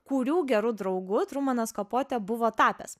kurių geru draugu trumanas kapote buvo tapęs